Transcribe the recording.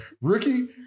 Ricky